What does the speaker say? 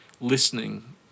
Listening